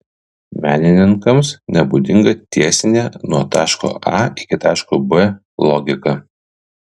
menininkams nebūdinga tiesinė nuo taško a iki taško b logika